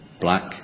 black